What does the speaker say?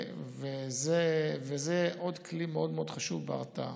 זה עוד כלי מאוד מאוד חשוב בהרתעה.